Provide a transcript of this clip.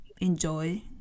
enjoy